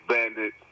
Bandit